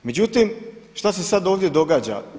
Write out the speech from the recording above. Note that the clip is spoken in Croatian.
Međutim, šta se sada ovdje događa?